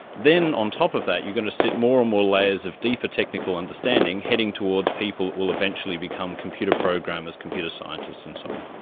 then on top of that you're going to sit more and more layers of deeper technical understanding, heading towards people who will eventually become computer programmers, computer scientists and so on.